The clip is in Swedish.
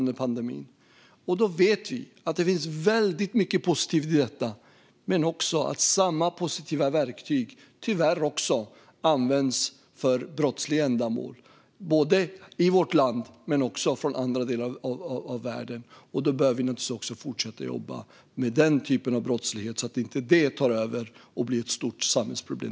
Det finns mycket positivt med det, men tyvärr används även detta verktyg för brottsliga ändamål, både i vårt land och från andra delar av världen. Därför behöver vi givetvis också jobba med den typen av brottslighet så att den inte tar över och blir ett stort samhällsproblem.